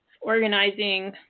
organizing